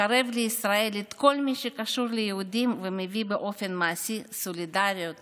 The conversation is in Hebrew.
לקרב לישראל את כל מי שקשור ליהודים ומביא באופן מעשי סולידריות